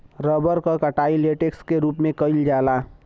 rubber क कटाई latex क रूप में कइल जाला